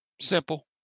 Simple